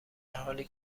حالی